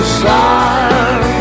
side